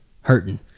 hurting